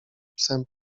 psem